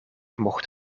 mocht